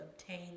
obtain